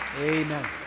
Amen